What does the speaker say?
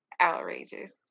outrageous